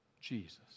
Jesus